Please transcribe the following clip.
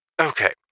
okay